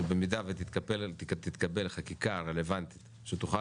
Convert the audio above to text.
שבמידה ותתקבל חקיקה רלוונטית שתוכל